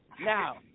Now